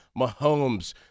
Mahomes